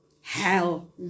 hell